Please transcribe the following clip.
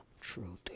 truth